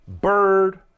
Bird